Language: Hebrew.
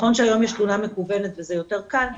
נכון שהיום יש תלונה מקוונת וזה יותר קל,